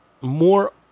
more